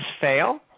fail